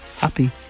happy